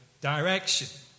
direction